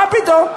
מה פתאום?